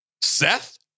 Seth